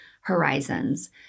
horizons